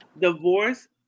Divorce